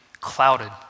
clouded